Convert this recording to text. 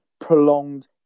prolonged